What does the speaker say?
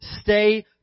stay